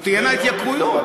הלוא תהיינה התייקרויות.